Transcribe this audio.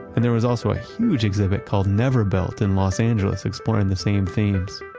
and there was also a huge exhibit called never built in los angeles, exploring the same thing.